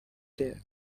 there